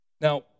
Now